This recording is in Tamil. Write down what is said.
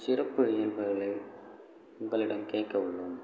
சிறப்பு ஏற்பாடுகளை உங்களிடம் கேட்க உள்ளோம்